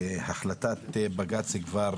והחלטת בג"ץ כבר